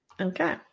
Okay